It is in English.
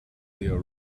there